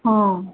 ହଁ